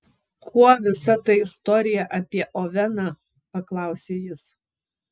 kuo visa ta istorija apie oveną paklausė jis